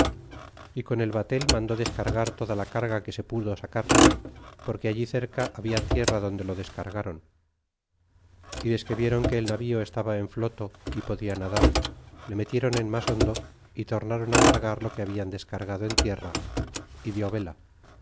y con el bate mandó descargar toda la carga que se pudo sacar porque allí cerca habla tierra donde lo descargron y desque vieron que el navio estaba en floto y podia nadar le nietiéron en mas hondo y tornron cargar lo que hablan descargado en tierra y di vela